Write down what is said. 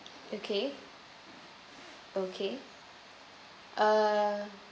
okay okay uh